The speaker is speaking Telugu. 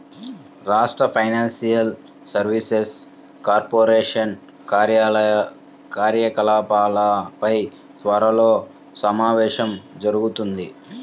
రాష్ట్ర ఫైనాన్షియల్ సర్వీసెస్ కార్పొరేషన్ కార్యకలాపాలపై త్వరలో సమావేశం జరుగుతుంది